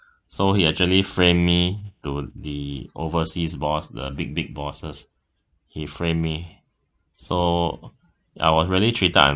so he actually framed me to the overseas boss the big big bosses he framed me so I was really treated